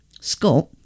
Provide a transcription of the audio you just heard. Scott